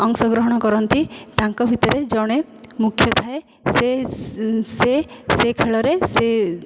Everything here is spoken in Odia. ଅଂଶ ଗ୍ରହଣ କରନ୍ତି ତାଙ୍କ ଭିତରେ ଜଣେ ମୁଖ୍ୟ ଥାଏ ସେ ସେ ସେ ଖେଳରେ ସେ